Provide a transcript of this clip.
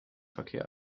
verkehr